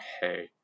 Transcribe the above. hey